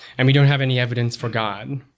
and we don't have any evidence for god.